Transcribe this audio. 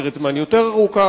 מסגרת זמן יותר ארוכה,